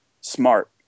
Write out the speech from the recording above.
smart